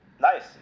nice